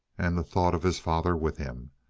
and the thought of his father with him.